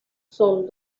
son